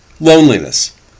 Loneliness